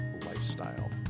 lifestyle